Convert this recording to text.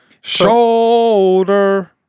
shoulder